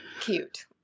Cute